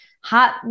hot